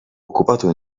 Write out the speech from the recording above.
occupato